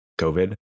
COVID